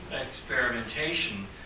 experimentation